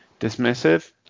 dismissive